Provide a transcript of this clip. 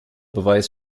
beweis